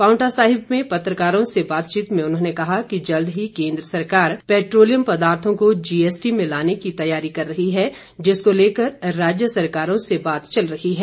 पांवटा साहिब में पत्रकारों से बातचीत में उन्होंने कहा कि जल्द ही केन्द्र सरकार पैट्रोलियम पदार्थों को जीएसटी में लाने की तैयारी कर रही है जिसको लेकर राज्य सरकारों से बात चल रही है